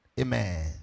Amen